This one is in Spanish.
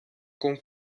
con